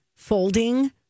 Folding